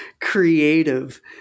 creative